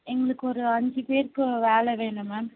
எங்களுக்கு ஒரு அஞ்சு பேருக்கு வேலை வேணும் மேம்